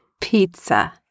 Pizza